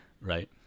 right